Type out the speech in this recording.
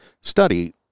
study